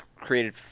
created